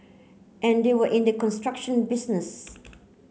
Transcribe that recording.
and they were in the construction business